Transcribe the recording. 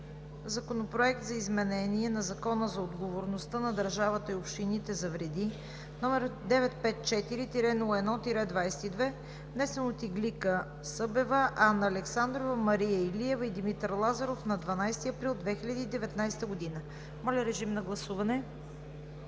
Законопроект за допълнение на Закона за отговорността на държавата и общините за вреди, № 954-01-22, внесен от Иглика Събева, Анна Александрова, Мария Илиева и Димитър Лазаров, на 12 април 2019 г. Гласували